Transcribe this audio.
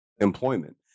employment